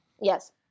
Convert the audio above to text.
yes